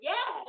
Yes